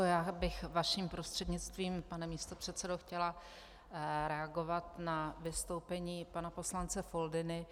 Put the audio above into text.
Já bych vaším prostřednictvím, pane místopředsedo, chtěla reagovat na vystoupení pana poslance Foldyny.